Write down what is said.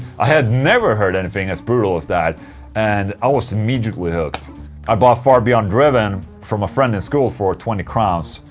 i had never heard anything as brutal as that and i was immediately hooked i bought far beyond driven from a friend in school for twenty crowns.